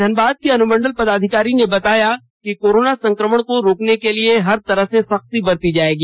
धनबाद के अनुमंडल पदाधिकारी ने बताया कि कोरोना संक्रमण को रोकने के लिए हर तरह से सख्ती बरती जाएगी